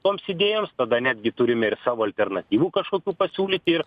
toms idėjoms tada netgi turime ir savo alternatyvų kažkokių pasiūlyti ir